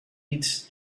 its